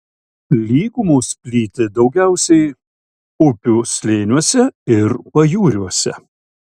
lygumos plyti daugiausiai upių slėniuose ir pajūriuose